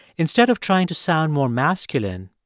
instead of trying to sound more masculine,